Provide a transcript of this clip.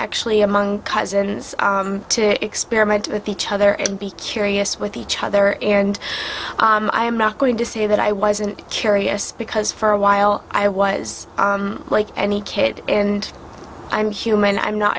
actually among cousins to experiment with each other and be curious with each other and i am not going to say that i wasn't curious because for a while i was like any kid and i'm human i'm not